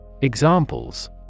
Examples